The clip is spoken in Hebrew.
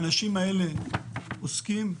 מכיוון שהאנשים האלה עוסקים,